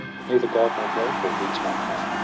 but neither god nor mortal heeds my pain.